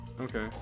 Okay